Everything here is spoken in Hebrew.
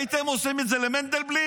הייתם עושים את זה למנדלבליט?